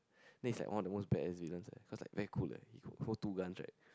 then he's like one of the most badass villains eh cause like very cool leh he could hold two guns right